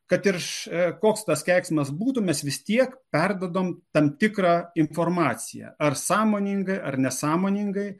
kad ir še koks tas keiksmas būtų mes vis tiek perduodam tam tikrą informaciją ar sąmoningai ar nesąmoningai